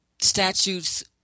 statutes